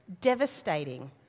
Devastating